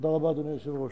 תודה רבה, אדוני היושב-ראש.